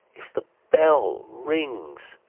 if the bell rings,